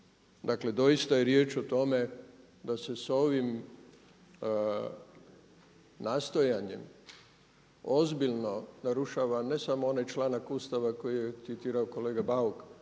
Dakle, doista je riječ o tome da se sa ovim nastojanjem ozbiljno narušava ne samo onaj članak Ustava koji je citirao kolega Bauk,